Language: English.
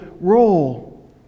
role